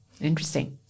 Interesting